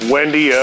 Wendy